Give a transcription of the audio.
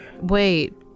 Wait